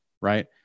right